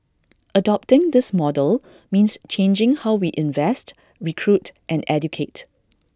adopting this model means changing how we invest recruit and educate